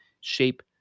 shape